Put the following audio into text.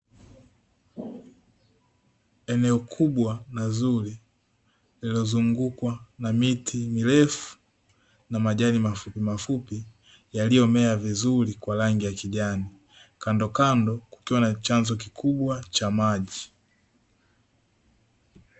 Eneo kubwa na zuri lililozungukwa na miti mirefu na majani mafupi mafupi yaliyomea vizuri kwa rangi ya kijani. Kandokando kukiwa na chanzo kikubwa cha maji.